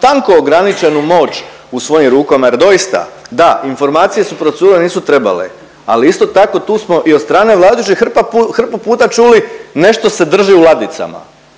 tanko ograničenu moć u svojim rukama jer doista da, informacije su procurile, nisu trebale, ali isto tako tu smo i od strane vladajućih hrpu puta čuli nešto se drži u ladicama